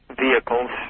vehicles